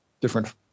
different